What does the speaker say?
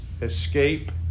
escape